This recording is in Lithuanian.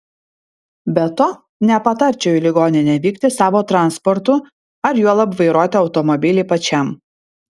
be to nepatarčiau į ligoninę vykti savo transportu ar juolab vairuoti automobilį pačiam